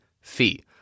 fee